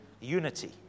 unity